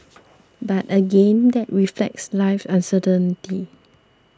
but again that reflects life's uncertainty